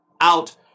out